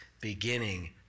beginning